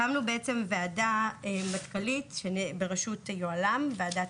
הקמנו ועדה מטכ"לית בראשות יוהל"ם ועדת